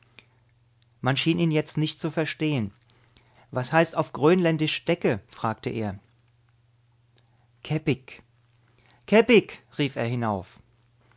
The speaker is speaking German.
man schien ihn jetzt nicht zu verstehen was heißt auf grönländisch decke fragte er kepik kepik rief er hinauf